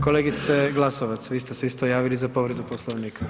Kolegice Glasovac vi ste se isto javili za povredu Poslovnika.